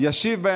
כיוון שלא הוקמה,